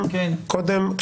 קודם,